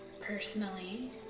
personally